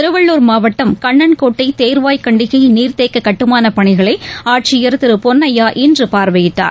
திருவள்ளள் மாவட்டம் கண்ணன்கோட்டை தேர்வாய் கண்டிகைநீர்தேக்ககட்டுமானப் பணிகளைஆட்சியர் திருபொன்னையா இன்றுபார்வையிட்டார்